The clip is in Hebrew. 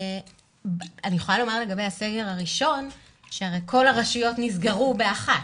אני יכולה לומר לגבי הסגר הראשון שכל הרשויות נסגרו באחת,